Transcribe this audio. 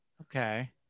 Okay